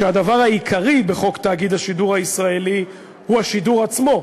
שהדבר העיקרי בחוק תאגיד השידור הישראלי הוא השידור עצמו,